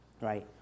Right